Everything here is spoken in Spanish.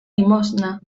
limosna